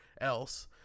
else